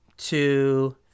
two